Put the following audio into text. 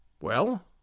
Well